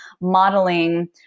modeling